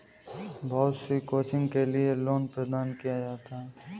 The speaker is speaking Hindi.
बहुत सी कोचिंग के लिये लोन प्रदान किया जाता है